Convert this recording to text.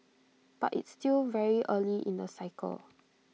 but it's still very early in the cycle